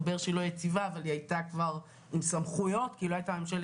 וחוסר התקינה שיש או שיש תקינה אבל אין בעצם מילוי של